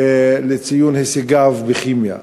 לציון הישגיו בכימיה.